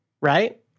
right